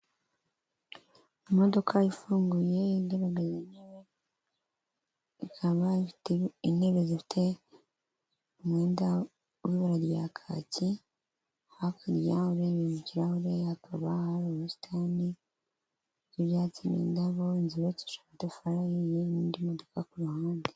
Imodoka ifunguye igaragaza intebe ikaba intebe zifite umwenda w'ibara rya kaki hakurya har ikirahure hakaba n'ubustani z'ibyatsi indabo inzu yubakishije amatafari ahiye n'indi modoka ku ruhande.